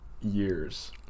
years